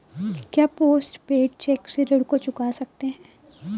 क्या post paid cheque से ऋण को चुका सकते हैं?